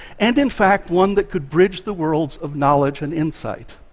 and in fact one that could bridge the worlds of knowledge and insight.